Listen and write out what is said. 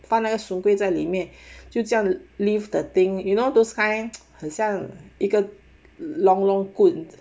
放那个 soon kueh 在里面就这样 leave the thing you know those kind 很像一个 long long 棍